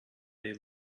they